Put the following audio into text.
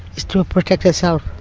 it's to ah protect herself.